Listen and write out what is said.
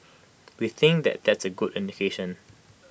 we think that that's A good indication